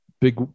big